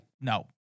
no